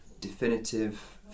Definitive